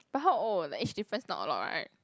but how old the age difference not a lot right